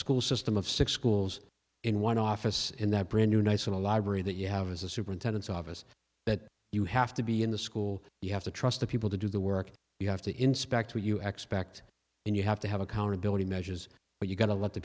school system of six schools in one office and that brand new nice in a library that you have is a superintendent's office that you have to be in the school you have to trust the people to do the work you have to inspect who you xpect and you have to have accountability measures but you've got to let the